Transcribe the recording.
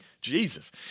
Jesus